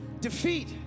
defeat